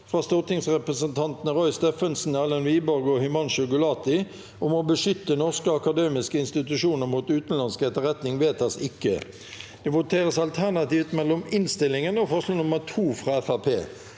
fra stortingsrepresentantene Roy Steffensen, Erlend Wiborg og Himanshu Gulati om å beskytte norske akademiske institusjoner mot utenlandsk etterretning – vedtas ikke. Presidenten: Det voteres alternativt mellom inn- stillingen og forslag nr. 2, fra